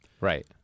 Right